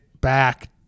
back